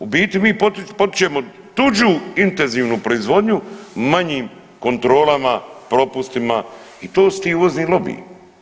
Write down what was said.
U biti mi potičemo tuđu intenzivnu proizvodnju manjim kontrolama, propustima i to su ti uvozni lobiji.